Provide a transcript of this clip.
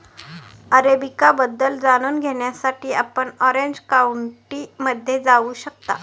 arabica बद्दल जाणून घेण्यासाठी आपण ऑरेंज काउंटीमध्ये जाऊ शकता